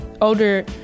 older